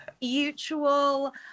Mutual